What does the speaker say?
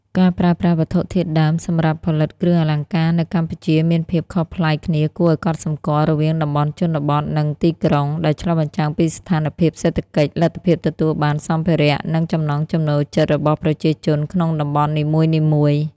ការប្រើប្រាស់វត្ថុធាតុដើមសម្រាប់ផលិតគ្រឿងអលង្ការនៅកម្ពុជាមានភាពខុសប្លែកគ្នាគួរឲ្យកត់សម្គាល់រវាងតំបន់ជនបទ និងទីក្រុង ដែលឆ្លុះបញ្ចាំងពីស្ថានភាពសេដ្ឋកិច្ច លទ្ធភាពទទួលបានសម្ភារៈ និងចំណង់ចំណូលចិត្តរបស់ប្រជាជនក្នុងតំបន់នីមួយៗ។